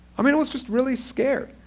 i mean was just really scared.